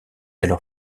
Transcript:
alors